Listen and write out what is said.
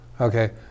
Okay